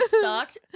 sucked